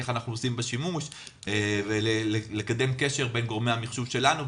איך אנחנו עושים בה שימוש ולקדם קשר בין גורמי המחשוב שלנו,